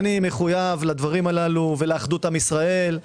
מחויב לדברים הללו ולאחדות עם ישראל.